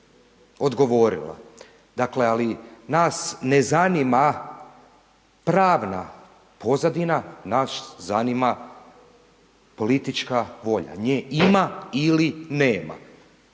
odgovorila. Dakle, ali nas ne zanima pravna pozadina, nas zanima politička volja, nje ima ili nema,